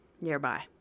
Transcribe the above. nearby